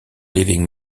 leaving